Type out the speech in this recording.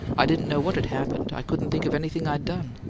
i didn't know what had happened i couldn't think of anything i'd done.